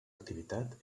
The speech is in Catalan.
activitat